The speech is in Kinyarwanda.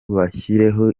bashyireho